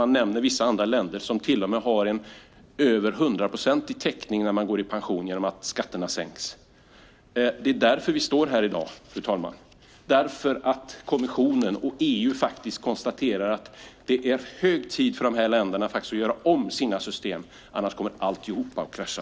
Man nämner vissa andra länder som ger mer än hundraprocentig täckning när man går i pension genom att skatterna sänks. Det är därför vi står här i dag, fru talman. Kommissionen och EU konstaterar att det är hög tid för de länderna att göra om sina system, annars kommer allt att krascha.